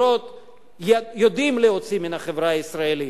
יודעים להוציא מהחברה הישראלית,